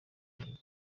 mihigo